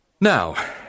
Now